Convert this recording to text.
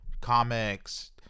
comics